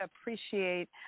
appreciate